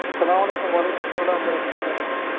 السلام علیکُم وعليكم السلام ورحمة الله وبركاته